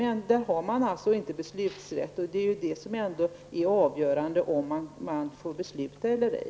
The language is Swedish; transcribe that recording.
Men där har man alltså inte beslutsrätt, och det är ju ändå det avgörande för om man får besluta eller ej.